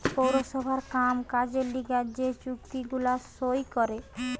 পৌরসভার কাম কাজের লিগে যে চুক্তি গুলা সই করে